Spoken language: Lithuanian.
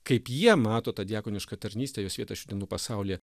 kaip jie mato tą diakonišką tarnystę jos vietą šių dienų pasaulyje